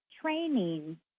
training